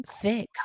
Fix